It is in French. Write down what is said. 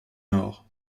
nord